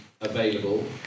available